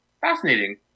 fascinating